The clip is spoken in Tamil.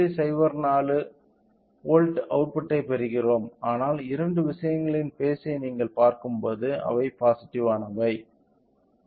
04 வோல்ட் அவுட்புட்டைப் பெறுகிறோம் ஆனால் இரண்டு விஷயங்களின் பேஸ் ஐ நீங்கள் பார்க்கும்போது அவை பாசிட்டிவ்யானவை